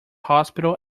hospital